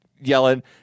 yelling